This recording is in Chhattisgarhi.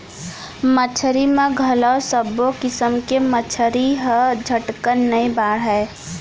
मछरी म घलौ सब्बो किसम के मछरी ह झटकन नइ बाढ़य